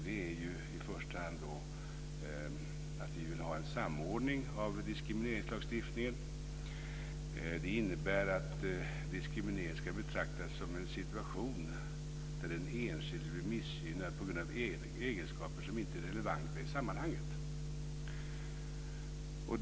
Det gäller i första hand att vi vill ha en samordning av diskrimineringslagstiftningen. Det innebär att diskriminering ska betraktas som en situation där den enskilde blir missgynnad på grund av egenskaper som inte är relevanta i sammanhanget.